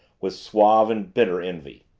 with suave and bitter envy.